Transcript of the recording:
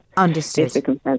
Understood